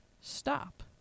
stop